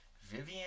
Vivian